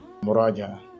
Muraja